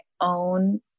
own